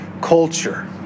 culture